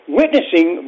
witnessing